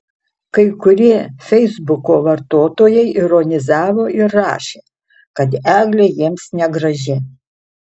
kai kurie feisbuko vartotojai ironizavo ir rašė kad eglė jiems negraži